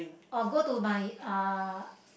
or go to my uh